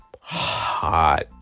hot